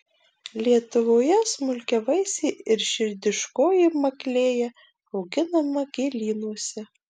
lietuvoje smulkiavaisė ir širdiškoji maklėja auginama gėlynuose